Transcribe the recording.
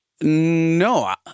No